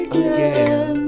again